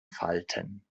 falten